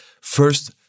first